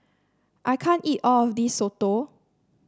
I can't eat all of this soto